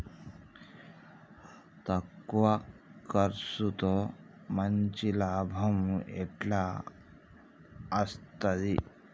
తక్కువ కర్సుతో మంచి లాభం ఎట్ల అస్తది?